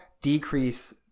decrease